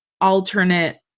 alternate